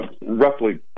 roughly